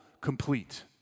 complete